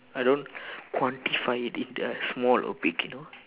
I don't quantify it into like small or big you know